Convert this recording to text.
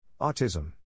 Autism